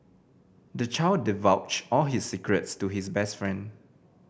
the child divulged all his secrets to his best friend